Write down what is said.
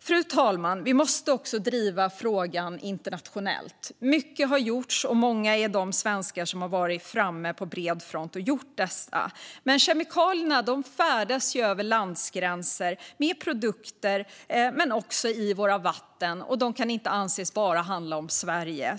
Fru talman! Vi måste också driva frågan internationellt. Mycket har gjorts, och många är de svenskar som har varit framme på bred front och gjort detta. Men kemikalierna färdas över landsgränser med produkter men också i våra vatten. Det kan inte anses handla bara om Sverige.